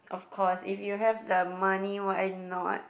of course if you have the money why not